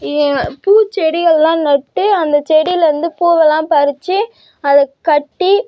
பூச்செடிகள்லாம் நட்டு அந்த செடியில் இருந்து பூவெல்லாம் பறித்து அதை கட்டி